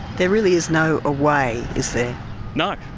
there really is no away is there. no,